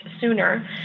sooner